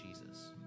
Jesus